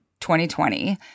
2020